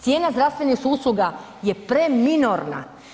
Cijena zdravstvenih usluga je preminorna.